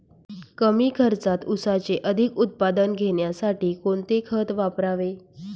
कमी खर्चात ऊसाचे अधिक उत्पादन घेण्यासाठी कोणते खत वापरावे?